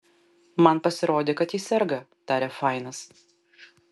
man pasirodė kad ji serga tarė fainas